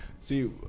see